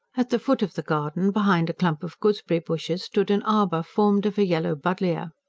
at the foot of the garden, behind a clump of gooseberry-bushes, stood an arbour formed of a yellow buddleia.